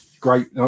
Great